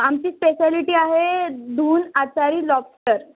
आमची स्पेशालिटी आहे दुल आचारी लॉबस्टर